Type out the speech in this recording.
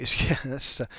Yes